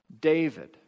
David